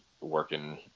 working